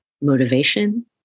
motivation